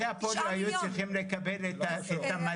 נכי הפוליו היו צריכים לקבל את המדד.